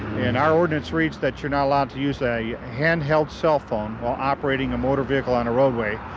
and our ordinance reads that you're not allowed to use a hand-held cell phone while operating a motor vehicle on a roadway.